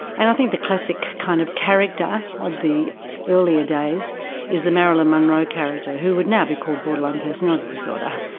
and i think the classic kind of character of the earlier days is the marilyn monroe character who would now be called borderline personality disorder.